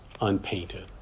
unpainted